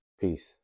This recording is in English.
Peace